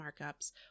markups